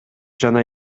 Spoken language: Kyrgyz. жана